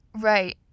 Right